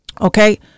Okay